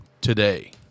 today